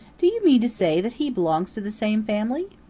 do you mean to say that he belongs to the same family?